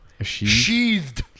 sheathed